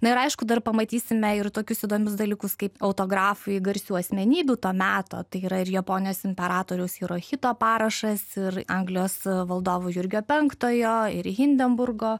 na ir aišku dar pamatysime ir tokius įdomius dalykus kaip autografai garsių asmenybių to meto tai yra ir japonijos imperatoriaus hirohito parašas ir anglijos valdovo jurgio penktojo ir hindenburgo